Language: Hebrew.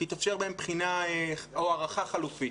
תתאפשר בהם בחינה או הערכה חלופית?